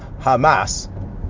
Hamas